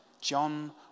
John